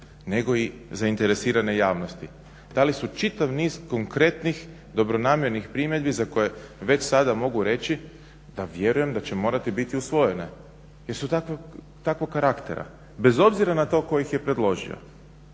nego i zainteresirane javnosti. Dali su čitav niz konkretnih, dobronamjernih primjedbi za koje već sada mogu reći da vjerujem da će morati biti usvojene jer su takvog karaktera. Bez obzira na to tko ih je predložio.